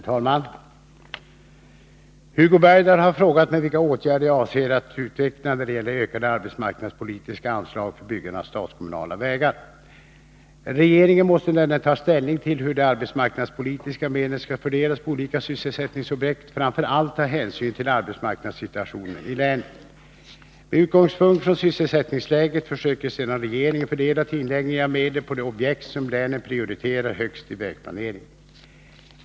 Herr talman! Hugo Bergdahl har frågat mig vilka åtgärder jag avser att utveckla när det gäller ökade arbetsmarknadspolitiska anslag för byggande av statskommunala vägar. Regeringen måste när den tar ställning till hur de arbetsmarknadspolitiska medlen skall fördelas på olika sysselsättningsobjekt framför allt ta hänsyn till arbetsmarknadssituationen i länen. Med utgångspunkt i sysselsättningsläget försöker sedan regeringen fördela tillgängliga medel på de objekt som länen prioriterar högst i vägplaneringen.